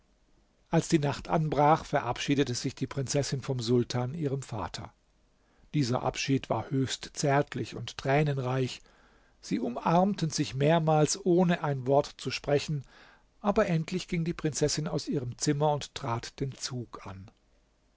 als die nacht anbrach verabschiedete sich die prinzessin vom sultan ihrem vater dieser abschied war höchst zärtlich und tränenreich sie umarmten sich mehrmals ohne ein wort zu sprechen aber endlich ging die prinzessin aus ihrem zimmer und trat den zug an